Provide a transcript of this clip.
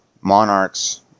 Monarchs